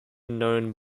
known